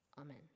Amen